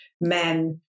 Men